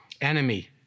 enemy